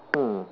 hmm